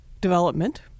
development